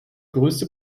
größte